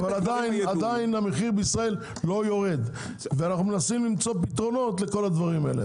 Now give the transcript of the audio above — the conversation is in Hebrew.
עדיין המחיר בישראל לא יורד ואנחנו מנסים למצוא פתרונות לדברים האלה.